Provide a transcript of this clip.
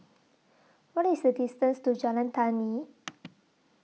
What IS The distance to Jalan Tani